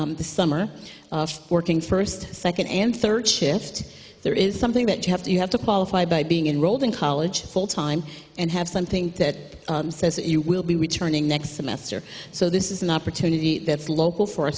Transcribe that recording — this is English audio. the summer working first second and third shift there is something that you have to you have to qualify by being enroll in college full time and have something that says you will be returning next semester so this is an opportunity that's local for